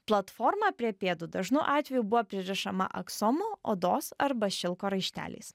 platforma prie pėdų dažnu atveju buvo pririšama aksomu odos arba šilko raišteliais